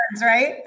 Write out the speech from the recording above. right